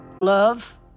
love